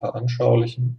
veranschaulichen